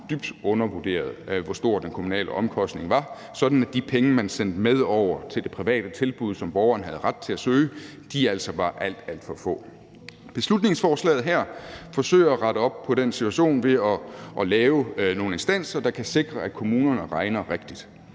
dybt undervurderet, hvor stor den kommunale omkostning var, sådan at de penge, man sendte med over til det private tilbud, som borgeren havde ret til at søge, altså var alt, alt for få. Beslutningsforslaget her forsøger at rette op på den situation ved at lave nogle instanser, der kan sikre, at kommunerne regner rigtigt.